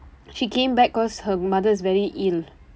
she came back cause her mother is very ill